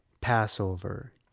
passover